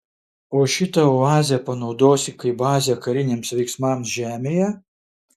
o šitą oazę panaudosi kaip bazę kariniams veiksmams žemėje